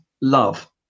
love